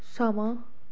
समां